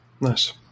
Nice